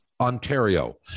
Ontario